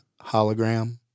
hologram